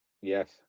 Yes